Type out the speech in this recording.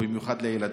ובמיוחד לילדים.